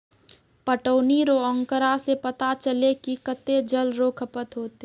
पटौनी रो आँकड़ा से पता चलै कि कत्तै जल रो खपत होतै